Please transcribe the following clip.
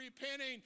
repenting